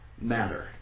matter